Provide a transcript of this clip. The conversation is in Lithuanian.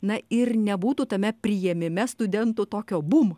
na ir nebūtų tame priėmime studentų tokio bumo